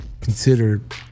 considered